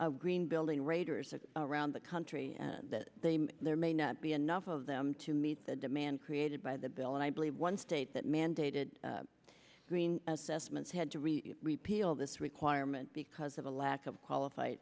of green building raiders around the country that there may not be enough of them to meet the demand created by the bill and i believe one state that mandated green assessments had to really repeal this requirement because of a lack of qualified